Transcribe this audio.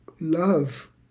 love